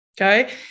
Okay